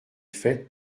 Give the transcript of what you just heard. faite